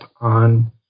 on